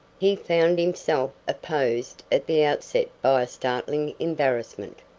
he found himself opposed at the outset by a startling embarrassment,